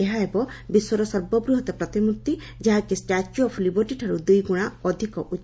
ଏହା ହେବ ବିଶ୍ୱର ସର୍ବବୃହତ୍ ପ୍ରତିମୂର୍ଭି ଯାହାକି ଷ୍ଟାଚ୍ୟୁ ଅଫ୍ ଲିବର୍ଟିଠାରୁ ଦୁଇଗୁଣା ଅଧିକ ଉଚ